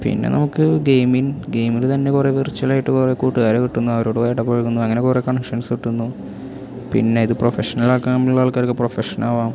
പിന്നെ നമുക്ക് ഗെയ്മിങ് ഗെയ്മിൽ തന്നെ കുറെ വെർച്വലായിട്ട് കുറേ കൂട്ടുകാരെ കിട്ടുന്നു അവരോട് ഇടപഴകുന്നു അങ്ങനെ കുറേ കണക്ഷൻസ്സ് കിട്ടുന്നു പിന്നെ ഇത് പ്രൊഫഷണലാക്കാനുള്ള ആൾക്കാർക്ക് പ്രൊഫഷനാവാം